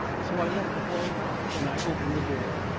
so i left the hall dark when i opened the door.